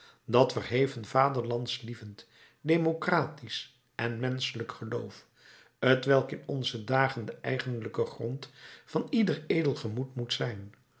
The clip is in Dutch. dat verheven vaderlandslievend democratisch en menschelijk geloof t welk in onze dagen de eigenlijke grond van ieder edel gemoed moet zijn